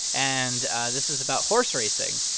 and this is about horse racing.